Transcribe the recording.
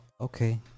okay